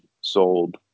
sold